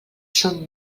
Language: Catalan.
són